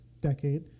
decade